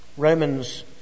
Romans